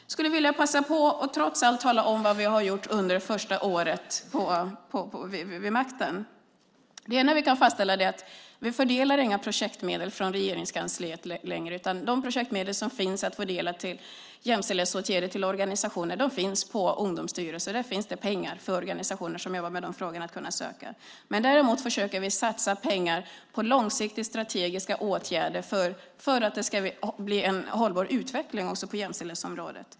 Jag skulle trots allt vilja passa på att tala om vad vi har gjort under det första året vid makten. Det första vi kan fastställa är att vi inte längre fördelar några projektmedel från Regeringskansliet. De projektmedel som finns att fördela till jämställdhetsåtgärder, till organisationer, finns på Ungdomsstyrelsen. Där finns det pengar för organisationer som jobbar med dessa frågor att söka. Däremot försöker vi satsa pengar på långsiktiga strategiska åtgärder för att det ska bli en hållbar utveckling också på jämställdhetsområdet.